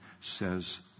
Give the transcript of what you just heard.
says